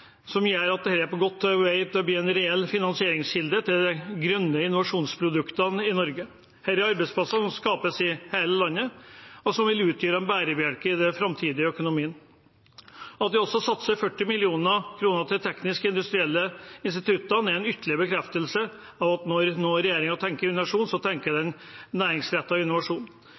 som gjør at dette er godt på vei til å bli en reell finansieringskilde til de grønne innovasjonsproduktene i Norge. Dette er arbeidsplasser som kan skapes i hele landet, og som vil utgjøre en bærebjelke i den framtidige økonomien. At vi også satser 40 mill. kr til teknisk-industrielle institutter, er en ytterligere bekreftelse på at når regjeringen tenker innovasjon, tenker den næringsrettet innovasjon.